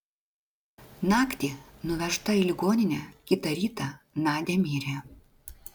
naktį nuvežta į ligoninę kitą rytą nadia mirė